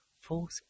force